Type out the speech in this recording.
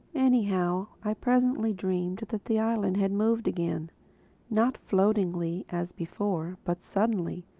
anyhow i presently dreamed that the island had moved again not floatingly as before, but suddenly,